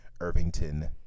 Irvington